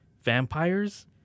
vampires